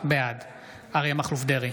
בעד אריה מכלוף דרעי,